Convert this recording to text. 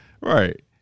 Right